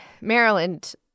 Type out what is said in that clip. maryland